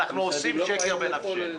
אנחנו עושים שקר בנפשנו.